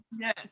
Yes